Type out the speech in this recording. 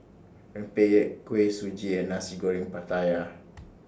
Rempeyek Kuih Suji and Nasi Goreng Pattaya